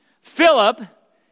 Philip